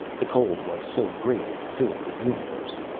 the cold was so great it filled the universe.